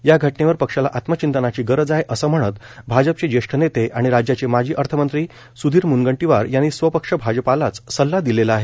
या घटनेवर पक्षाला आत्मचिंतनाची गरज आहे असे म्हणत भाजपचे ज्येष्ठ नेते आणि राज्याचे माजी अर्थमंत्री स्धीर म्नगंटीवार यांनी स्वपक्ष भाजपालाच सल्ला दिला आहे